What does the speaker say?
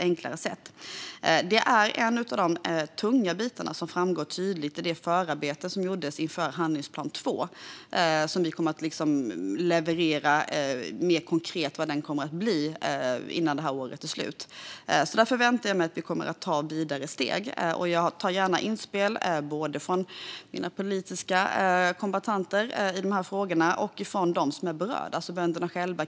Det är en av de tunga bitar som tydligt framgår i det förarbete som gjorts inför handlingsplan två; vi kommer att leverera något mer konkret innan det här året är slut. Där förväntar jag mig att vi kommer att ta vidare steg. Jag tar gärna emot inspel i de här frågorna, både från mina politiska kombattanter och från dem som är berörda, det vill säga bönderna själva.